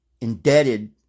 indebted